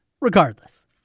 regardless